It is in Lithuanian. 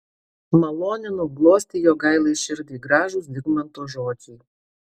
malonino glostė jogailai širdį gražūs zigmanto žodžiai